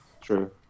true